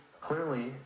Clearly